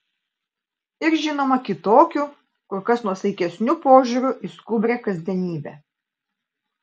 ir žinoma kitokiu kur kas nuosaikesniu požiūriu į skubrią kasdienybę